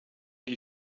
die